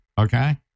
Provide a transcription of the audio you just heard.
okay